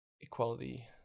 equality